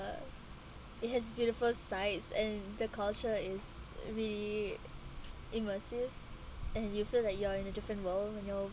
uh it has beautiful sights and the culture is really immersive and you feel like you are in a different world when you're